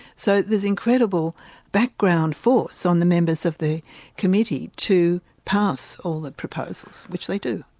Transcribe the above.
so there's incredible background force on the members of the committee to pass all the proposals, which they do.